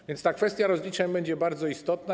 A więc ta kwestia rozliczeń będzie bardzo istotna.